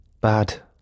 Bad